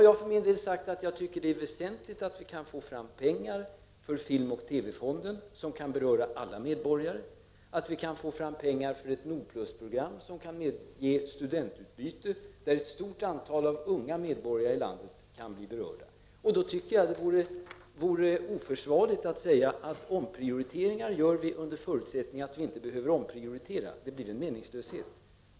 Jag för min del har sagt att jag tycker att det är väsentligt att vi kan få fram pengarna för Filmoch TV fonden, som kan beröra alla medborgare, och att vi kan få fram pengar till ett NORDPLUS-program, som ger möjlighet till studentutbyte som kan beröra ett stort antal unga medborgare i landet. Jag anser därför att det vore oförsvarligt att säga: Omprioriteringar gör vi under förutsättning att vi inte behöver välja bort något. Det är meningslöst.